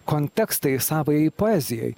kontekstai savajai poezijai